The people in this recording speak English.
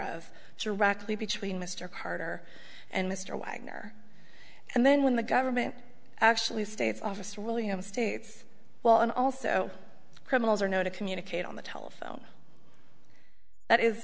of directly between mr carter and mr wagner and then when the government actually states office really in states well and also criminals are know to communicate on the telephone that is